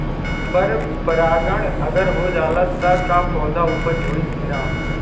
पर परागण अगर हो जाला त का पौधा उपज होई की ना?